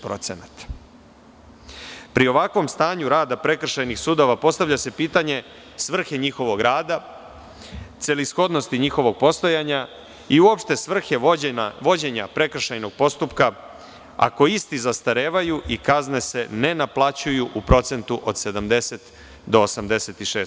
Pri ovakvom stanju rada prekršajnih sudova postavlja se pitanje svrhe njihovog rada, celishodnosti njihovog postojanja i uopšte svrhe vođenja prekršajnog postupka, ako isti zastarevaju i kazne se ne naplaćuju u procentu od 70% do 86%